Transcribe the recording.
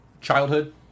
childhood